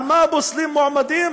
על מה פוסלים מועמדים?